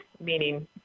meaning